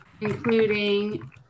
Including